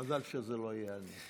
מזל שזה לא יהיה אני.